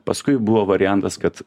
paskui buvo variantas kad